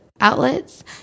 outlets